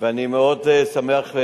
אני מאוד שמח,